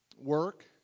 Work